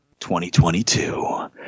2022